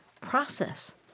process